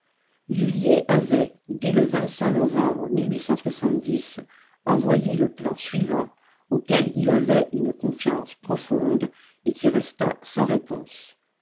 lullier avait dès le novembre envoyé le plan suivant auquel il avait une confiance profonde et qui resta sans réponse